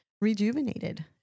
rejuvenated